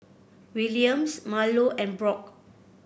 Williams Marlo and Brock